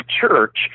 church